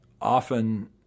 often